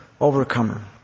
overcomer